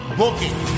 booking